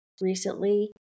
recently